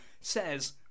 says